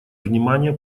внимание